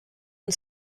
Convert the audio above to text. and